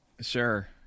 Sure